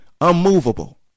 unmovable